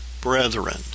brethren